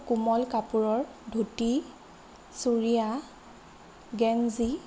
খুব কোমল কাপোৰৰ ধূতী চুৰীয়া গেঞ্জি